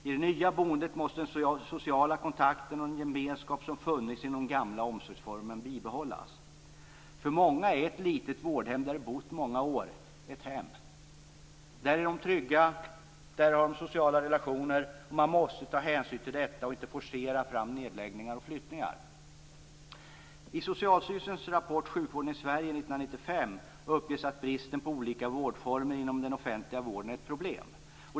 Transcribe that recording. I det nya boendet måste den sociala kontakten och den gemenskap som funnits inom den gamla omsorgsformen bibehållas. För många människor är ett litet vårdhem där de har bott i många år ett hem. Där är de trygga. Där har de sociala relationer. Man måste ta hänsyn till detta och inte forcera fram nedläggningar och flyttningar. 1995 uppges att bristen på olika vårdformer inom den offentliga vården är ett problem.